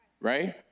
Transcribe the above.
right